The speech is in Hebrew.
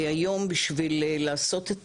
היום בשביל לעשות את